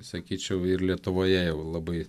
sakyčiau ir lietuvoje jau labai